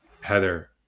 Heather